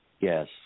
yes